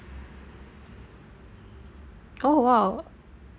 oh !wow!